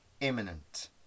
imminent